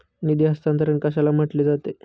निधी हस्तांतरण कशाला म्हटले जाते?